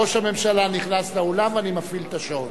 ראש הממשלה נכנס לאולם, אני מפעיל את השעון.